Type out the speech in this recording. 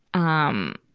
um,